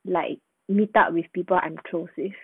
like meet up with people I'm close with